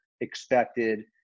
expected